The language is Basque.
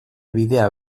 bidea